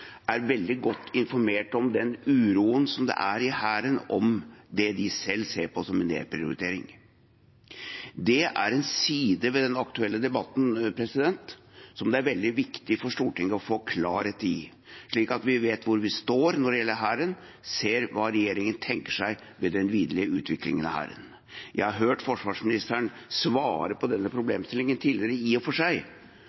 er veldig godt informert om den uroen som er i Hæren om det de selv ser på som en nedprioritering. Det er en side ved den aktuelle debatten som det er veldig viktig for Stortinget å få klarhet i, slik at vi vet hvor vi står når det gjelder Hæren, ser hva regjeringen tenker seg ved den videre utviklingen av Hæren. Vi har i og for seg hørt forsvarsministeren svare på denne